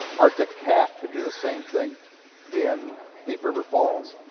arctic cat could do the same thing in thief river falls.